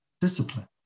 discipline